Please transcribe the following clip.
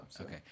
Okay